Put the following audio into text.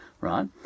right